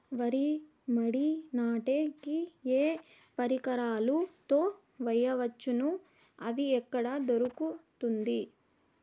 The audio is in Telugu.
వరి మడి నాటే కి ఏ పరికరాలు తో వేయవచ్చును అవి ఎక్కడ దొరుకుతుంది?